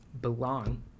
belong